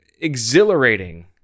exhilarating